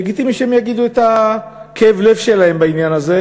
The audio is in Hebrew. לגיטימי שהם יגידו את כאב הלב שלהם בעניין הזה,